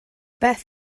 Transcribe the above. beth